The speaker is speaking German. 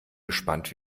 gespannt